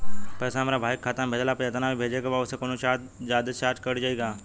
पैसा हमरा भाई के खाता मे भेजला पर जेतना भेजे के बा औसे जादे कौनोचार्ज कट जाई का?